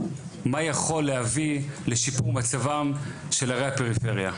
מה יכול להביא לשיפור מצבם של ערי הפריפריה.